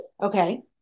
Okay